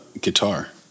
guitar